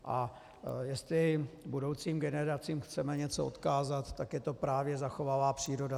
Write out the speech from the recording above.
A jestli budoucím generacím chceme něco odkázat, tak je to právě zachovalá příroda.